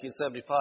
1975